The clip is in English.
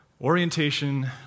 orientation